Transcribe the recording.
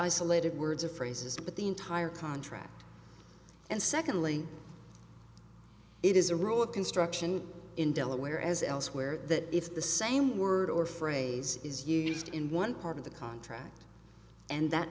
isolated words or phrases but the entire contract and secondly it is a rule of construction in delaware as elsewhere that if the same word or phrase is used in one part of the contract and that